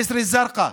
ג'סר א-זרקא,